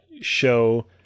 show